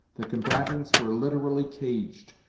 the combatants were literally caged,